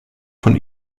von